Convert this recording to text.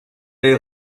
est